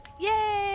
Yay